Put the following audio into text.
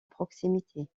proximité